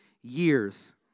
years